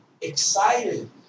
excited